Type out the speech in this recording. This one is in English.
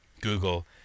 Google